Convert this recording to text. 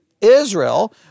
Israel